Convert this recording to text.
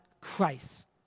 Christ